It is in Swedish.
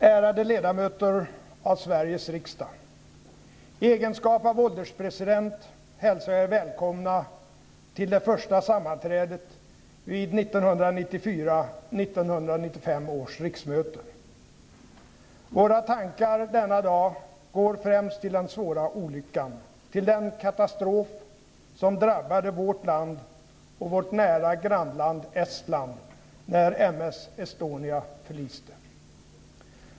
Ärade ledamöter av Sveriges riksdag! I egenskap av ålderspresident hälsar jag er välkomna till det första sammanträdet vid 1994 S Estonia förliste.